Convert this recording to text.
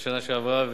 בשנה שעברה.